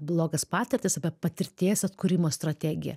blogas patirtis apie patirties atkūrimo strategiją